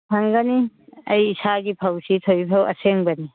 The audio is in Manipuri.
ꯐꯪꯒꯅꯤ ꯑꯩ ꯏꯁꯥꯒꯤ ꯐꯧ ꯑꯁꯤ ꯊꯣꯏꯕꯤ ꯐꯧ ꯑꯁꯦꯡꯕꯅꯤ